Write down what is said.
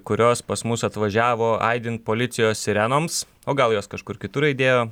kurios pas mus atvažiavo aidint policijos sirenoms o gal jos kažkur kitur aidėjo